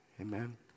Amen